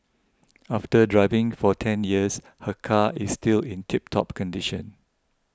after driving for ten years her car is still in tip top condition